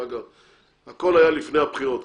הכול היה לפני הבחירות,